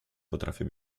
potrafię